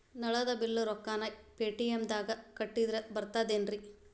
ನಳದ್ ಬಿಲ್ ರೊಕ್ಕನಾ ಪೇಟಿಎಂ ನಾಗ ಕಟ್ಟದ್ರೆ ಬರ್ತಾದೇನ್ರಿ?